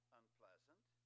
unpleasant